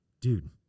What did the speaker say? dude